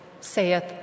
saith